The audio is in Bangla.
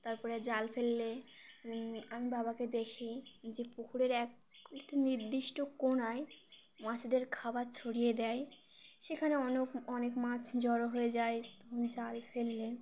তার পরে জাল ফেললে আমি বাবাকে দেখি যে পুকুরের এক একটি নির্দিষ্ট কোণায় মাছেদের খাবার ছড়িয়ে দেয় সেখানে অনেক অনেক মাছ জড়ো হয়ে যায় তখন জাল ফেললে